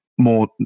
more